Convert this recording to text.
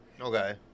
Okay